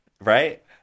Right